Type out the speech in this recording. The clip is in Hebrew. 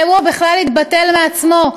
האירוע בכלל התבטל מעצמו,